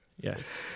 Yes